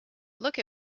look